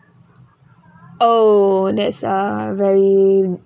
oh that's a very